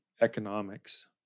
economics